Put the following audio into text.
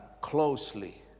closely